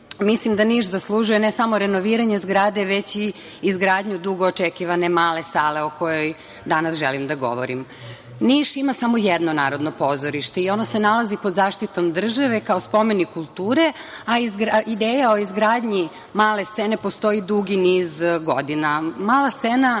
mislim da Niš zaslužuje ne samo renoviranje zgrade, već i izgradnju dugo očekivane male sale o kojoj danas želim da govorim. Niš ima samo jedno Narodno pozorište i ono se nalazi pod zaštitom države kao spomenik kulture, a ideja o izgradnji male scene postoji dugi niz godina. Mala scena